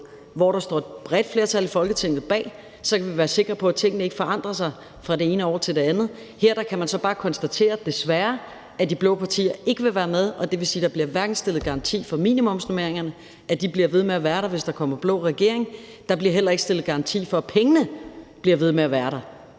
hvor der står et bredt flertal i Folketinget bag, så kunne være sikker på, at tingene ikke forandrer sig fra det ene år til det andet. Her kan man så bare konstatere, desværre, at de blå partier ikke vil være med. Det vil sige, at der hverken bliver stillet garanti for minimumsnormeringerne, altså at de bliver ved med at være der, hvis der kommer en blå regering, eller bliver stillet garanti for, at pengene bliver ved med at være der.